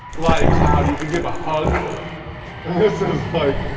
light cloud you could give a hug. and this is like.